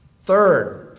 Third